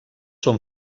són